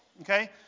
okay